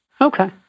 Okay